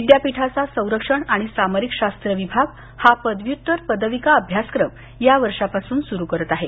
विद्यापीठाचा संरक्षण आणि सामरिक शास्त्र विभाग हा पदव्युत्तर पदविका अभ्यासक्रम या वर्षापासून सूरु करत आहे